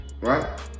right